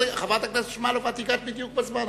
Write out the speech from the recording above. חברת הכנסת שמאלוב, את הגעת בדיוק בזמן.